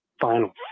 final